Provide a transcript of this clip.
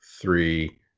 three